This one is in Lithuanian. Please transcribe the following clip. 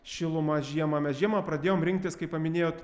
šilumą žiemą mes žiemą pradėjom rinktis kai paminėjot